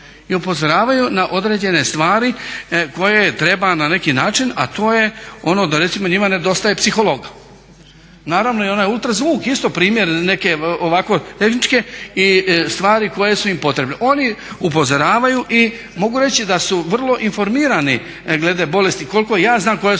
i upozoravaju na određene stvari koje treba na neki način, a to je ono da recimo njima nedostaje psihologa. Naravno i onaj ultrazvuk je isto primjer neke ovako tehničke stvari koje su im potrebne. Oni upozoravaju i mogu reći da su vrlo informirani glede bolesti koliko ja znam, kolika su